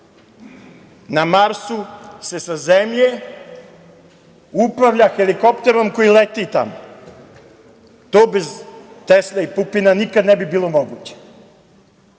Na Marsu se sa Zemlje upravlja helikopterom koji leti tamo. To bez Tesle i Pupina nikad ne bi bilo moguće.